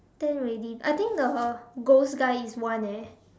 ten already I think uh ghost guy is one eh